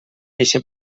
eixe